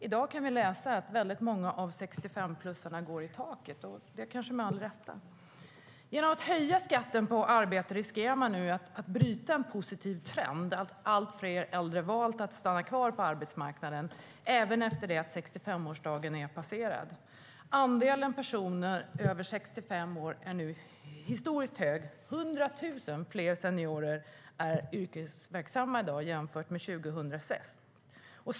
I dag kan vi läsa att det har fått många av 65-plussarna att gå i taket, kanske med all rätt. Genom att höja skatten på arbete riskerar man nu att bryta den positiva trenden med att allt fler äldre väljer att stanna kvar på arbetsmarknaden, även efter det att 65-årsdagen är passerad. Andelen personer över 65 år är nu historiskt hög. I dag är 100 000 fler seniorer yrkesverksamma jämfört med 2006.